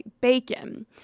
Bacon